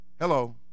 Hello